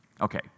Okay